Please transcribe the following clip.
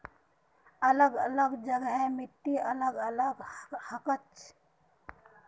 अलग अलग जगहर मिट्टी अलग अलग हछेक